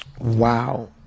Wow